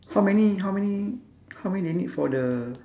how many how many how many they need for the